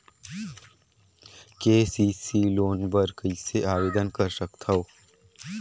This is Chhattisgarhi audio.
के.सी.सी लोन बर कइसे आवेदन कर सकथव?